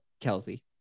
Kelsey